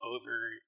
over